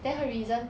then her reason